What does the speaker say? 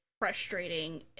frustrating